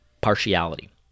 Partiality